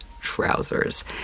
trousers